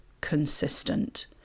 consistent